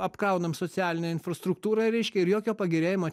apkraunam socialinę infrastruktūrą reiškia ir jokio pagerėjimo